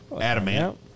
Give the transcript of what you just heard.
Adamant